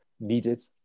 needed